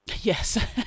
Yes